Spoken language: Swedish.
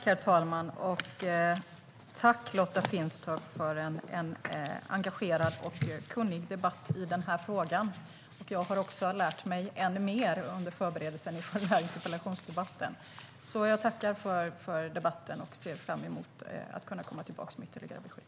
Herr talman! Tack, Lotta Finstorp, för en engagerad och kunnig debatt i den här frågan! Jag har lärt mig än mer under förberedelserna inför interpellationsdebatten. Jag tackar för debatten och ser fram emot att komma tillbaka med ytterligare besked.